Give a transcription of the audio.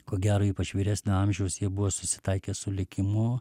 ko gero ypač vyresnio amžiaus jie buvo susitaikę su likimu